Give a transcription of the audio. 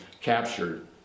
captured